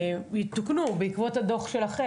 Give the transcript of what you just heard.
כאן שיש דברים שיתוקנו בעקבות הדוח של המבקר,